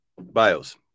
bios